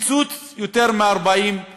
קיצוץ יותר מ-40%.